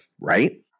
right